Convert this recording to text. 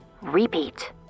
repeat